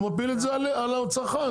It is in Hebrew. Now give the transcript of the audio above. אז מפילים את זה על הצרכן.